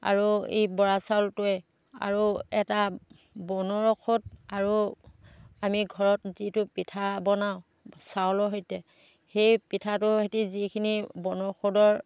আৰু এই বৰা চাউলটোৱে আৰু এটা বনৰ ঔষধ আৰু আমি ঘৰত যিটো পিঠা বনাওঁ চাউলৰ সৈতে সেই পিঠাটোৰ সৈতে যিখিনি বনৌষধৰ